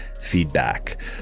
feedback